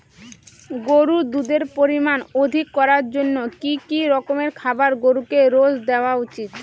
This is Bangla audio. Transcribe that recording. গরুর দুধের পরিমান অধিক করার জন্য কি কি রকমের খাবার গরুকে রোজ দেওয়া উচিৎ?